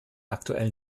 aktuellen